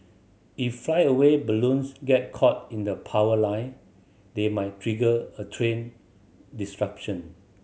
if flyaway balloons get caught in the power line they might trigger a train disruption